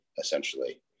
essentially